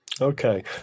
Okay